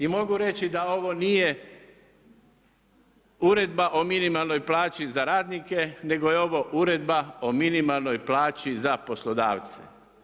I mogu reći da ovo nije uredba o minimalnoj plaći za radnike nego je ovo uredba o minimalnoj plaći za poslodavce.